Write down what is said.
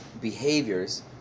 behaviors